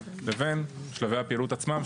לבין שלבי הפעילות עצמם,